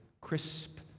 crisp